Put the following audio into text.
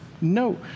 no